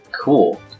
Cool